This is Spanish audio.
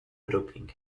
brooklyn